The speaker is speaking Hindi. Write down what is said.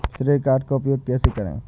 श्रेय कार्ड का उपयोग कैसे करें?